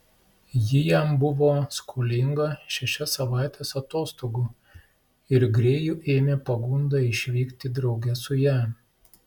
ji jam buvo skolinga šešias savaites atostogų ir grėjų ėmė pagunda išvykti drauge su ja